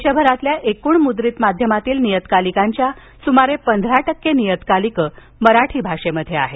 देशभरातील एकूण मूद्रित माध्यमातील नियतकालिकांच्या सुमारे पंधरा टक्के नियतकालिके मराठी भाषेत आहेत